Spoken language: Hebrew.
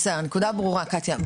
בסדר, הנקודה ברורה, קטיה.